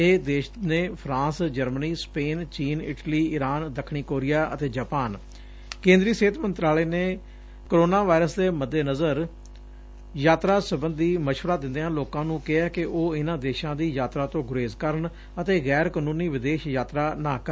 ਇਹ ਦੇਸ਼ ਨੇ ਫਰਾਂਸ ਜਰਮਨੀ ਸਪੇਨ ਚੀਨ ਇਟਲੀ ਇਰਾਨ ਦੱਖਣੀ ਕੋਰੀਆ ਅਤੇ ਜਾਪਾਨ ਕੇਂਦਰੀ ਸਿਹਤ ਮੰਤਰਾਲੇ ਨੇ ਕਰੋਨਾ ਵਾਇਰਸ ਦੇ ਮੱਦੇ ਨਜਰ ਯਾਤਰਾ ਸਬੰਧੀ ਮਸ਼ਵਰਾ ਦਿੰਦਿਆਂ ਲੋਕਾਂ ਨੂੰ ਕਿਹੈ ਕਿ ਉਹ ਇਨਾਂ ਦੇਸ਼ਾਂਦੀ ਯਾਤਰਾ ਤੋ ਗੁਰੇਜ ਕਰਨ ਅਤੇ ਗੈਰ ਜਰੁਰੀ ਵਿਦੇਸ਼ੀ ਯਾਤਰਾ ਨਾ ਕਰਨ